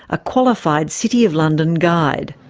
a qualified city of london guide.